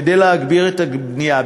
כדי להגביר את הבנייה,